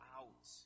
out